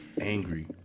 Angry